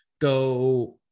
go